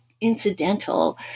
incidental